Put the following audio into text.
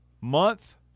month